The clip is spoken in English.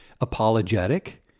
apologetic